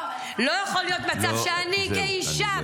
לא יכול להיות מצב שאני כאישה,